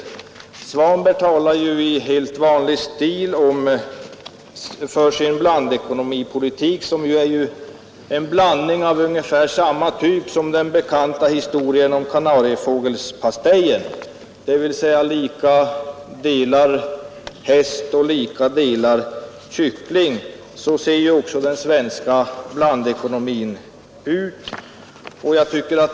Herr Svanberg talar i sin helt vanliga stil för sin blandekonomipolitik, som är en blandning av ungefär samma typ som den bekanta kycklingpastejen i historien: dvs. en häst blandas med en kyckling. Så ser också den svenska blandekonomin ut.